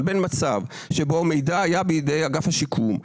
אבל בין מצב שבו המידע היה בידי אגף השיקום,